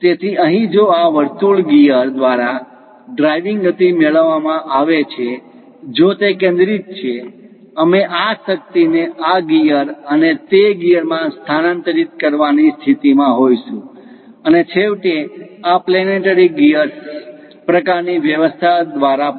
તેથી અહીં જો આ વર્તુળ ગિયર દ્વારા ડ્રાઇવિંગ ગતિ મેળવવામાં આવે છે જો તે કેન્દ્રિત છે અમે આ શક્તિને આ ગિયર અને તે ગિઅરમાં સ્થાનાંતરિત કરી શકવાની સ્થિતિમાં હોઈશું અને છેવટે આ પ્લેનેટરી ગીઅર્સ પ્રકારની વ્યવસ્થા દ્વારા પણ